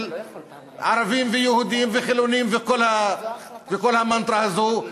של ערבים ויהודים וחילונים וכל המנטרה הזאת,